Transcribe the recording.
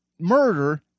murder